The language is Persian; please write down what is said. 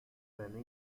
زنه